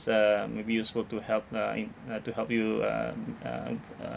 uh maybe useful to help uh in uh to help you um um uh